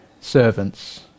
servants